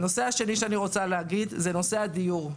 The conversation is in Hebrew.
הנושא השני שאני רוצה לדבר עליו זה נושא הדיור.